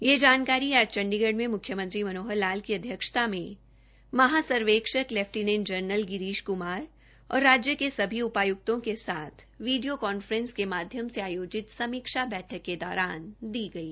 यह जानकारी आज चण्डीगढ में मुख्यमंत्री मनोहर लाल की अध्यक्षता में महासर्वेक्षक लेफ्टिनेंट जनरल गिरीश कुमार औश्र राज्य के सभी उपायक्तों के साथ विडियो कॉन्फ्रेंस के माध्यम से आयोजित समीक्षा बैठक के दौरान दी गई